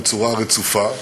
בצורה רצופה.